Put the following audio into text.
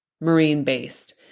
marine-based